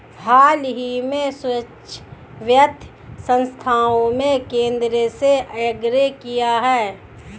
हाल ही में सूक्ष्म वित्त संस्थाओं ने केंद्र से आग्रह किया है